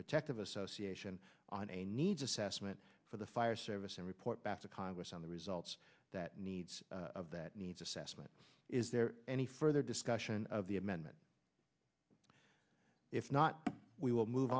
protective association on a needs assessment for the fire service and report back to congress on the results that needs that needs assessment is there any further discussion of the amendment if not we will move